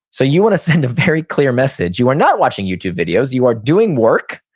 so you want to send a very clear message, you are not watching youtube videos, you are doing work,